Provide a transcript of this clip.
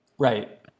Right